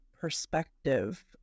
perspective